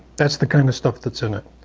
that's the kind of stuff that's in it.